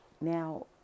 Now